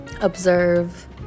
observe